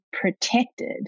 protected